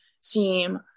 seem